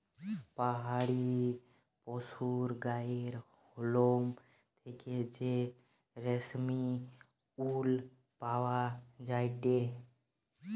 পাহাড়ি পশুর গায়ের লোম থেকে যে রেশমি উল পাওয়া যায়টে